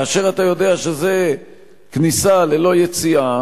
כאשר אתה יודע שזו כניסה ללא יציאה,